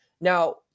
Now